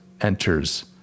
enters